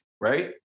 Right